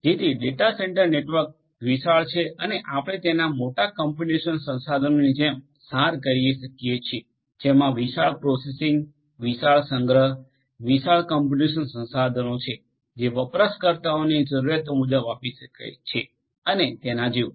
જેથી data centre network વિશાળ છે અને આપણે તેને મોટા કમ્પ્યુટેશનલ સંશાધનોની જેમ સાર કરી શકિએ છીએ જેમાં વિશાળ પ્રોસેસિંગ વિશાળ સંગ્રહ વિશાળ કોમ્પ્યુટેશનલ સંશાધનો છે જે વપરાશકર્તાઓને જરૂરીયાતો મુજબ આપી શકે છે અને તેના જેવું